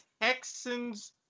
Texans